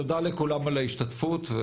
תודה לכולם על ההשתתפות.